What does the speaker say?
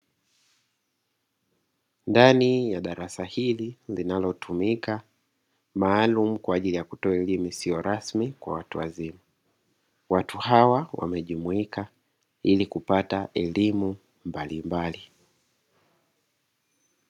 Ndani ya darasa hili linalotumika maalumu kwa ajili ya kutoa elimu isiyo rasmi kwa watu wazima, watu hawa wamejumuika ili kupata elimu mbalimbali.